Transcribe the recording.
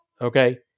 Okay